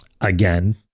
again